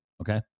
Okay